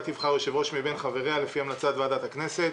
תבחר יושב-ראש מבין חבריה לפי המלצת ועדת הכנסת.